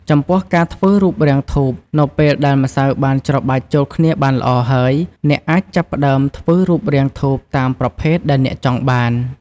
ចំពោះការធ្វើរូបរាងធូបនៅពេលដែលម្សៅបានច្របាច់ចូលគ្នាបានល្អហើយ អ្នកអាចចាប់ផ្តើមធ្វើរូបរាងធូបតាមប្រភេទដែលអ្នកចង់បាន។